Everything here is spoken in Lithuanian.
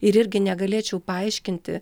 ir irgi negalėčiau paaiškinti